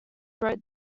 wrote